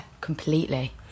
completely